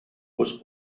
was